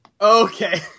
Okay